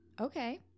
Okay